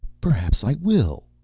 perhaps i will,